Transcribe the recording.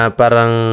parang